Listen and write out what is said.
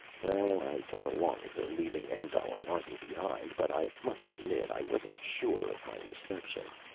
well, i went along with her, leaving engdahl and arthur behind. but i must admit i wasn't sure of my reception.